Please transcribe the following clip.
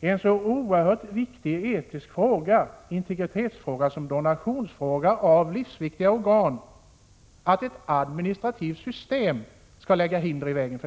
i en så oerhört viktig integritetsfråga som den som gäller donation av livsviktiga organ får inte ett administrativt system lägga hinder i vägen.